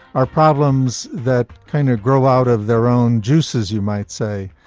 are problems that kind of grow out of their own juices, you might say,